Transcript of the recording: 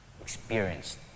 experienced